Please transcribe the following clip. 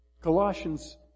Colossians